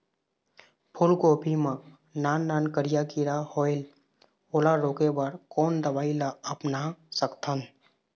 फूलगोभी मा नान नान करिया किरा होयेल ओला रोके बर कोन दवई ला अपना सकथन?